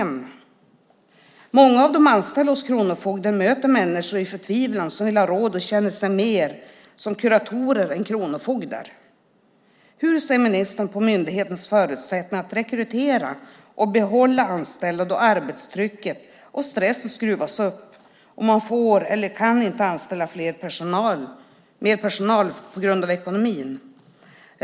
Många av de anställda hos kronofogden möter människor i förtvivlan som vill ha råd, och de känner sig mer som kuratorer än som kronofogdar. Hur ser ministern på myndighetens förutsättningar att rekrytera och behålla anställda då arbetstrycket och stressen skruvas upp och man inte får eller kan anställa mer personal på grund av ekonomin?